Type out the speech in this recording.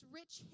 rich